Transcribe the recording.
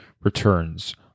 returns